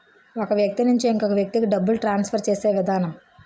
ఒక వ్యక్తి నుంచి ఇంకొక వ్యక్తికి డబ్బులు ట్రాన్స్ఫర్ చేసే విధానం